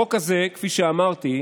החוק הזה, כפי שאמרתי,